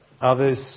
Others